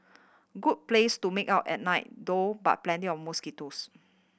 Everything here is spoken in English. good place to make out at night though but plenty of mosquitoes